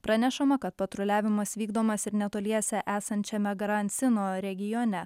pranešama kad patruliavimas vykdomas ir netoliese esančiame gransinojo regione